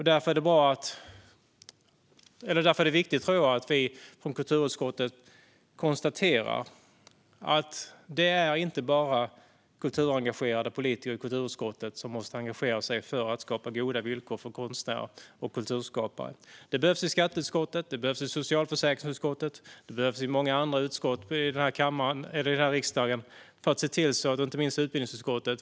Därför är det viktigt att vi från kulturutskottet konstaterar att det inte bara är kulturengagerade politiker i kulturutskottet som måste engagera sig för att skapa goda villkor för konstnärer och kulturskapare. Det behövs engagerade politiker i skatteutskottet, i socialförsäkringsutskottet och i många andra utskott i riksdagen, och inte minst i utbildningsutskottet.